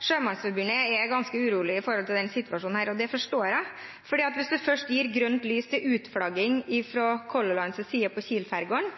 Sjømannsforbundet er ganske urolig med tanke på denne situasjonen. Det forstår jeg, for hvis man først gir grønt lyst for utflagging av Color